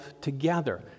together